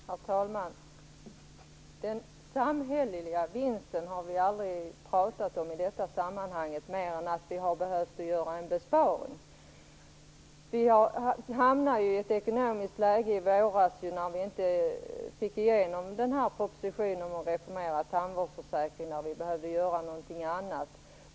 Herr talman! Den samhälleliga vinsten har vi aldrig pratat om i detta sammanhang, mer än att vi har behövt göra en besparing. Vi hamnade ju i ett ekonomiskt läge i våras när vi inte fick igenom propositionen om en reformerad tandvårdsförsäkring utan behövde göra någonting annat.